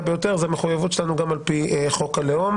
ביותר וזו המחויבות שלנו על פי חוק הלאום,